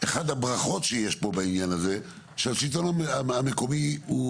אחת הברכות שיש פה בעניין הזה היא שהשלטון המקומי הוא